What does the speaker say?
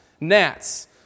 Gnats